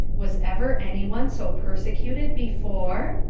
was ever anyone so persecuted before?